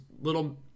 little